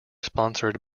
sponsored